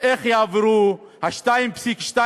איך יעברו ה-2.2,